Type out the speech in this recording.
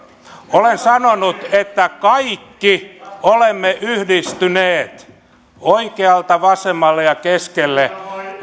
olen sanonut että kaikki olemme yhdistyneet oikealta vasemmalle ja keskelle